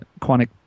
Quantic